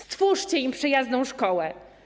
Stwórzcie im przyjazną szkołę.